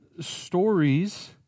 stories